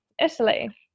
Italy